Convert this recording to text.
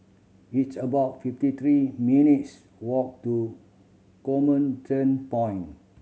it's about fifty three minutes' walk to Comment Point